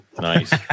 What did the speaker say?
Nice